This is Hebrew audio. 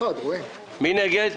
מי נגד?